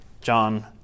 John